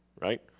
right